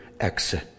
exit